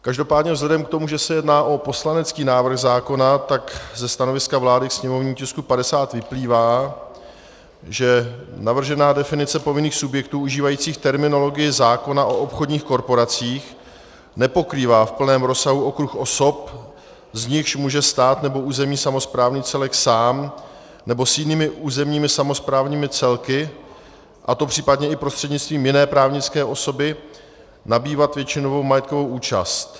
Každopádně vzhledem k tomu, že se jedná o poslanecký návrh zákona, tak ze stanoviska vlády k sněmovnímu tisku 50 vyplývá, že navržená definice povinných subjektů užívajících terminologii zákona o obchodních korporacích nepokrývá v plném rozsahu okruh osob, z nichž může stát nebo územně samosprávný celek sám nebo s jinými územními samosprávnými celky, a to případně i prostřednictvím jiné právnické osoby, nabývat většinovou majetkovou účast.